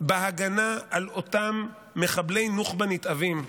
בהגנה על אותם מחבלי נוח'בה נתעבים,